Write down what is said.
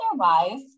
Otherwise